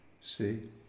See